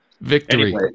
Victory